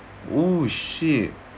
oh shit